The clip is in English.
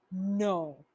no